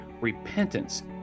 repentance